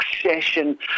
succession